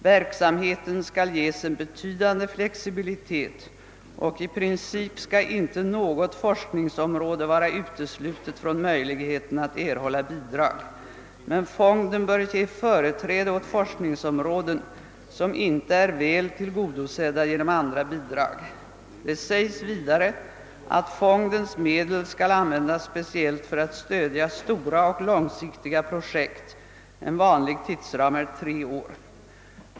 Verksamheten skall ges en betydande flexibilitet och 1 princip skall inte något forskningsområde vara uteslutet från möjligheten att erhålla bidrag. Men fonden bör ge företräde åt forskningsområden som inte är väl tillgodosedda genom andra bidrag.» Det sägs vidare att fondens medel skall användas speciellt för att stödja stora och långsiktiga projekt — en van lig tidsram är tre år.